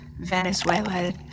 Venezuela